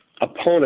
opponent